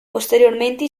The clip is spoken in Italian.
posteriormente